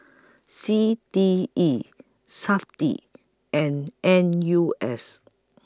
C T E Safti and N U S